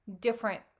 different